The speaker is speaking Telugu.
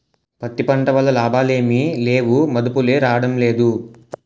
పత్తి పంట వల్ల లాభాలేమి లేవుమదుపులే రాడంలేదు